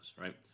right